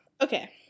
okay